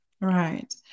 Right